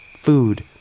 food